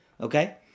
Okay